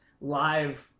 live